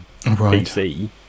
pc